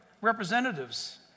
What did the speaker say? representatives